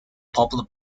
popular